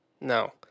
No